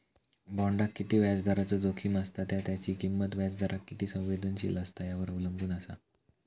बॉण्डाक किती व्याजदराचो जोखीम असता त्या त्याची किंमत व्याजदराक किती संवेदनशील असता यावर अवलंबून असा